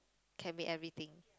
can be everything